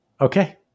Okay